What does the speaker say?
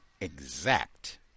exact